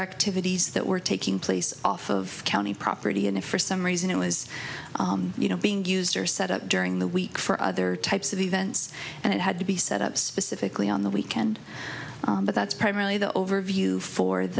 activities that were taking place off of county property and if for some reason it was you know being used or set up during the week for other types of events and it had to be set up specifically on the weekend but that's primarily the overview for the